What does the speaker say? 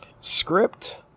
Script